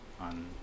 on